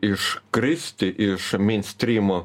iš kristi iš mindstrymo